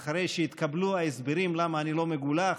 אחרי שהתקבלו ההסברים למה אני לא מגולח,